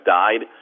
died